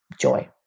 joy